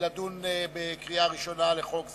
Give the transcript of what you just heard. לדון בקריאה הראשונה של חוק זה,